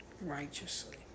righteously